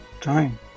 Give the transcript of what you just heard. time